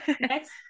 next